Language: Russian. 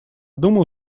думал